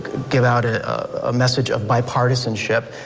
give out a a message of bipartisanship,